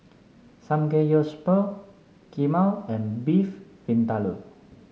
Samgeyopsal Kheema and Beef Vindaloo